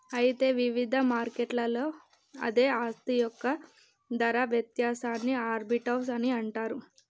అయితే వివిధ మార్కెట్లలో అదే ఆస్తి యొక్క ధర వ్యత్యాసాన్ని ఆర్బిటౌజ్ అని అంటారు